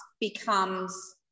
becomes